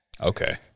Okay